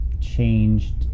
changed